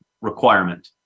requirement